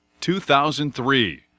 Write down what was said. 2003